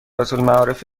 المعارف